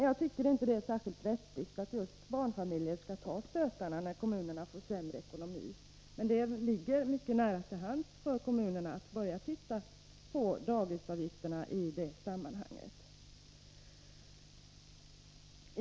Jag tycker inte det är särskilt rättvist att just barnfamiljerna skall ta stötarna när kommunerna får sämre ekonomi, men det ligger nära till hands för kommunerna att börja titta på daghemsavgifterna i det sammanhanget.